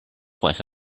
with